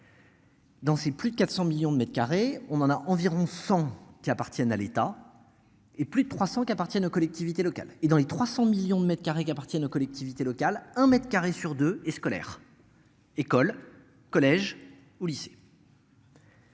Dans ces plus de 400 millions de mètres carrés, on en a environ 100 qui appartiennent à l'État. Et plus de 300 qui appartiennent aux collectivités locales et dans les 300 millions de mètres carrés qui appartiennent aux collectivités locales un mètre carré sur deux et scolaire. Écoles, collèges ou lycées.